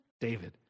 David